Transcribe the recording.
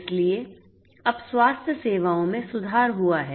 इसलिए अब स्वास्थ्य सेवाओं में सुधार हुआ है